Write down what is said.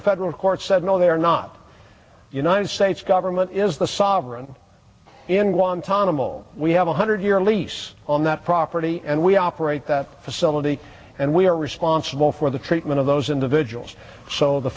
the federal court said no they are not united states government is the sovereign in guantanamo we have one hundred year lease on that property and we operate that facility and we are responsible for the treatment of those individuals so the